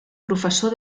professor